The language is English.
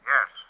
Yes